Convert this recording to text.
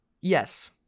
yes